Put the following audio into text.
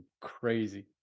crazy